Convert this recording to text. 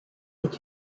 est